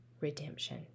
redemption